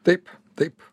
taip taip